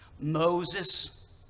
Moses